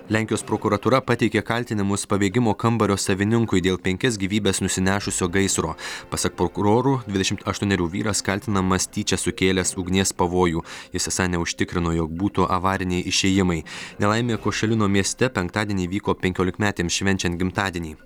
lenkijos prokuratūra pateikė kaltinimus pabėgimo kambario savininkui dėl penkias gyvybes nusinešusio gaisro pasak prokurorų dvidešim aštuonerių vyras kaltinamas tyčia sukėlęs ugnies pavojų jis esą neužtikrino jog būtų avariniai išėjimai nelaimė košilino mieste penktadienį vyko penkiolikmetėms švenčiant gimtadienį